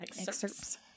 excerpts